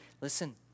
listen